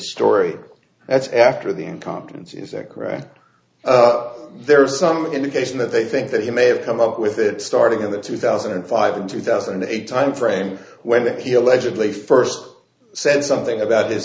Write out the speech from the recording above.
story that's after the incompetency sec right there is some indication that they think that he may have come up with it starting in the two thousand and five and two thousand and eight timeframe when he allegedly first said something about this